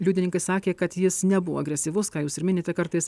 liudininkai sakė kad jis nebuvo agresyvus ką jūs ir minite kartais